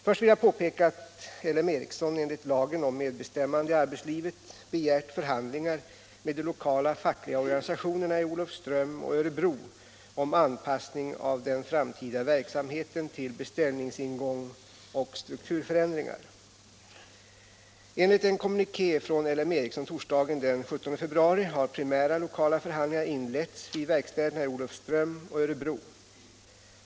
Först vill jag påpeka att L M Ericsson, enligt lagen om medbestämmande i arbetslivet, begärt förhandlingar med de lokala fackliga organisationerna i Olofström och Örebro om anpassning av den framtida verksamheten till beställningsingång och strukturförändringar. Enligt en kommuniké från L M Ericsson torsdagen den 17 februari har primära lokala förhandlingar inletts vid verkstäderna i Olofström och Örebro.